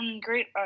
great